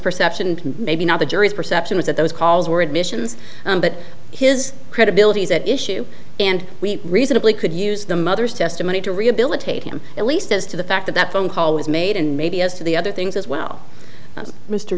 perception and maybe not the jury's perception was that those calls were admissions but his credibility is at issue and we reasonably could use the mother's testimony to rehabilitate him at least as to the fact that that phone call was made and maybe as to the other things as well